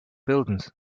buildings